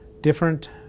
different